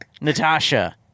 Natasha